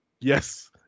yes